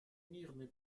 мирный